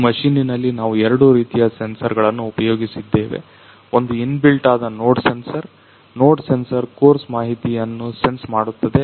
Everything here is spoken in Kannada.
ಈ ಮಷಿನಿನಲ್ಲಿ ನಾವು ಎರಡು ರೀತಿಯ ಸೆನ್ಸರ್ಗಳನ್ನ ಉಪಯೋಗಿಸಿದ್ದೇವೆ ಒಂದು ಇನ್ ಬಿಲ್ಟ್ ಆದ node sensor node sensor course ಮಾಹಿತಿಯನ್ನ ಸೆನ್ಸ್ ಮಾಡುತ್ತದೆ